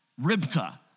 Ribka